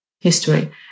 history